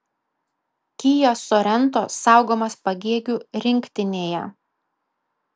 kia sorento saugomas pagėgių rinktinėje